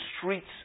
streets